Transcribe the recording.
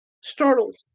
startled